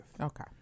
okay